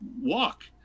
walk